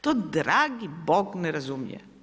To dragi Bog ne razumije.